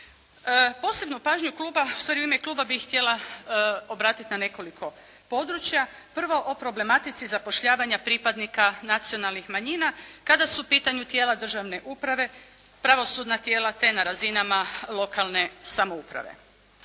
u ime Kluba bih htjela obratiti na nekoliko područja. Prvo, o problematici zapošljavanja pripadnika nacionalnih manjina kada su u pitanju tijela državne uprave, pravosudna tijela te na razinama lokalne samouprave.